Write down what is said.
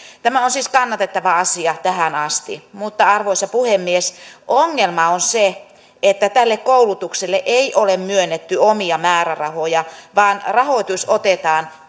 tämä on siis kannatettava asia tähän asti mutta arvoisa puhemies ongelma on se että tälle koulutukselle ei ole myönnetty omia määrärahoja vaan rahoitus otetaan